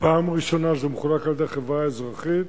פעם ראשונה שזה מחולק על-ידי חברה אזרחית,